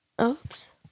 Oops